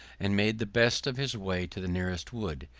and made the best of his way to the nearest wood,